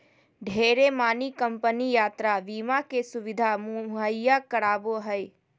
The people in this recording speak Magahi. ढेरे मानी कम्पनी यात्रा बीमा के सुविधा मुहैया करावो हय